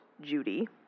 Judy